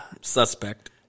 suspect